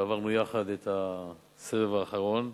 ועברנו יחד את הסבב האחרון.